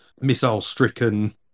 missile-stricken